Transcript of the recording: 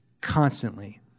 constantly